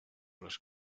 los